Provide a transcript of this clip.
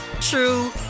true